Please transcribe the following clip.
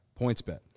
PointsBet